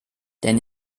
denn